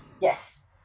Yes